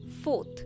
Fourth